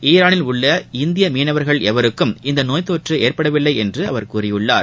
ஈரானில் உள்ள இந்திய மீனவர்கள் எவருக்கும் இந்த நோய் தொற்று ஏற்படவில்லை என்று அவர் கூறினார்